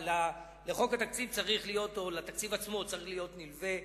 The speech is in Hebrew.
לחוק התקציב או לתקציב עצמו צריכים להיות נלווים